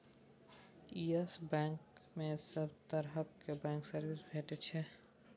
yes bank मे सब तरहक बैंकक सर्विस भेटै छै